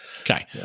Okay